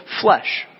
flesh